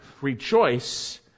rejoice